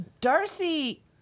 Darcy